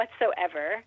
whatsoever